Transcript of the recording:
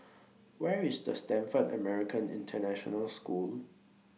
Where IS The Stamford American International School